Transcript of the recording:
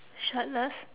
shirtless